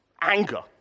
anger